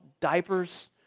diapers